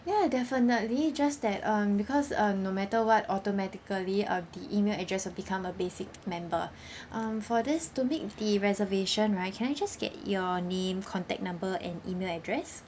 ya definitely just that um because um no matter what automatically uh the email address will become a basic member um for this to make the reservation right can I just get your name contact number and email address